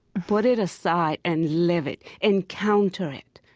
put it aside and live it. encounter it.